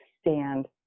stand